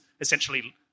essentially